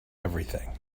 everything